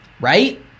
right